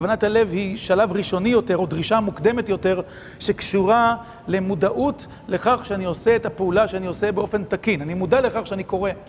הבנת הלב היא שלב ראשוני יותר או דרישה מוקדמת יותר שקשורה למודעות לכך שאני עושה את הפעולה שאני עושה באופן תקין. אני מודע לכך שאני קורא.